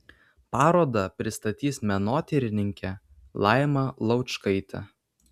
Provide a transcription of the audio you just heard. parodą pristatys menotyrininkė laima laučkaitė